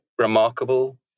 remarkable